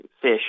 fish